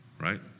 right